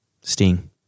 Sting